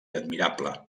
admirable